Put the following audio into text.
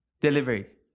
Delivery